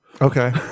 okay